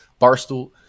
Barstool